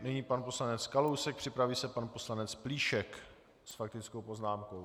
Nyní pan poslanec Kalousek, připraví se pan poslanec Plíšek s faktickou poznámkou.